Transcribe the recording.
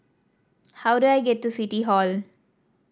how do I get to City Hall